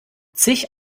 zig